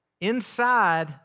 inside